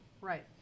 Right